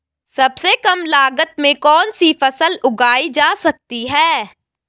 सबसे कम लागत में कौन सी फसल उगाई जा सकती है